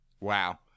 wow